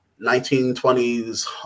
1920s